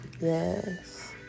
Yes